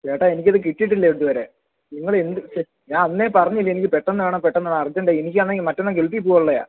ചേട്ടാ എനിക്കത് കിട്ടിയിട്ടില്ല ഇതുവരെ നിങ്ങള് എന്ത് ശ്ശേ ഞാൻ അന്നേ പറഞ്ഞില്ലേ എനിക്ക് പെട്ടെന്ന് വേണം പെട്ടെന്ന് വേണം അർജന്റ് എനിക്കാണെങ്കിൽ മറ്റെന്നാൾ ഗൾഫി പോകാനുള്ളതാണ്